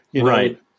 Right